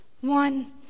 One